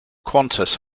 qantas